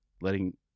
letting